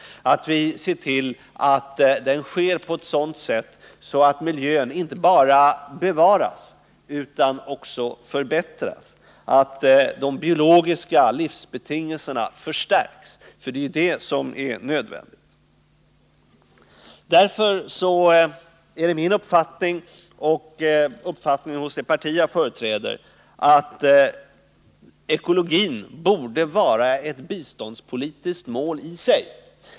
Vi måste se till att den sker på ett sådant sätt att miljön inte bara bevaras utan också förbättras och de biologiska livsbetingelserna förstärks. Detta är nödvändigt. Därför är det min uppfattning och uppfattningen hos det parti jag företräder att ekologin borde vara ett biståndspolitiskt mål i sig.